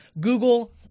Google